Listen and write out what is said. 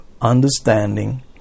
understanding